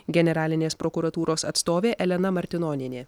generalinės prokuratūros atstovė elena martinonienė